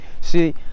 See